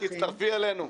תצטרפי אלינו,